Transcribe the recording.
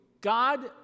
God